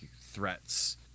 threats